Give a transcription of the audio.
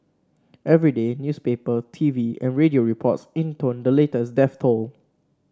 every day newspaper T V and radio reports intoned the latest death toll